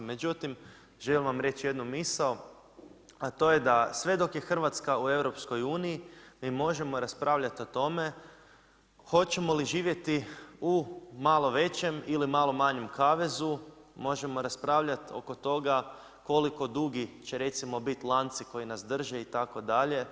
Međutim, želim vam reći jednu misao, a to je da sve dok je Hrvatska u Europskoj uniji mi možemo raspravljati o tome hoćemo li živjeti u malo većem ili malo manjem kavezu, možemo raspravljati oko toga koliko dugi će recimo biti lanci koji nas drže itd.